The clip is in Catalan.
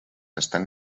estan